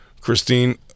Christine